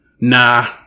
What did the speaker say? Nah